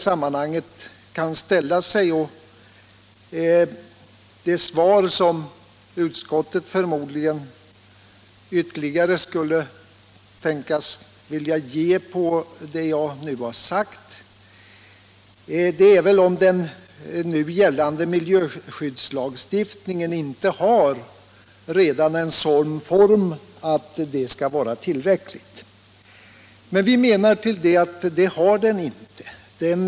Det svar som utskottet kunde tänkas vilja ge på vad jag nu har sagt är förmodligen att redan den nu gällande miljöskyddslagstiftningen är så utformad att den är till fyllest, men enligt vår mening är den inte det.